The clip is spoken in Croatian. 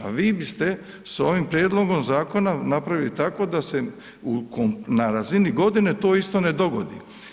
A vi bi ste s ovim prijedlogom zakona napravili tako da su na razini godine to isto ne dogodi.